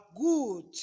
good